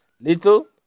little